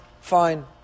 fine